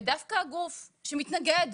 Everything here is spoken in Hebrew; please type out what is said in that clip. ודווקא הגוף שמתנגד